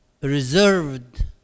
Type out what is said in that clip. reserved